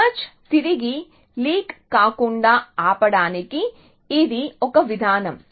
search తిరిగి leak కాకుండా ఆపడానికి ఇది ఒక విధానం